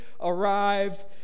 arrived